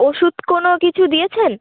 ওষুধ কোনো কিছু দিয়েছেন